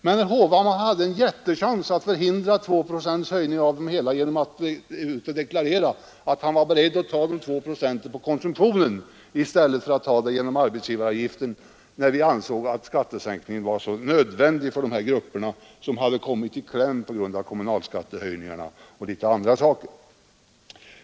Men herr Hovhammar hade en jättechans att förhindra 2 procents höjning genom att gå ut och deklarera att han var beredd att ta de 2 procenten på konsumtionsskatt i stället för att ta den genom arbetsgivaravgiften, när vi ansåg att skattesänkningen var så nödvändig för de här grupperna som hade kommit i kläm på grund av kommunalskattehöjningarna och en del andra saker.